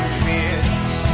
fears